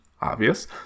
obvious